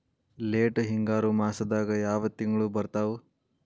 Late ಹಿಂಗಾರು ಮಾಸದಾಗ ಯಾವ್ ತಿಂಗ್ಳು ಬರ್ತಾವು?